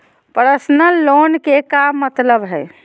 Personal loan के का मतलब हई?